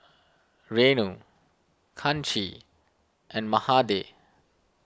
Renu Kanshi and Mahade